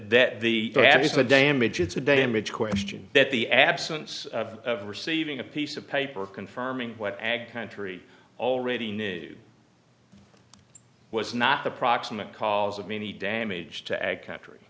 that the ad is the damage it's a day image question that the absence of receiving a piece of paper confirming what ag country already knew was not the proximate cause of any damage to any country